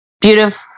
beautiful